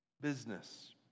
business